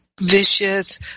vicious